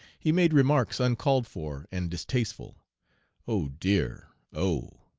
he made remarks uncalled for and distasteful oh dear! oh!